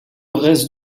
reste